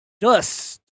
dust